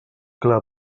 clar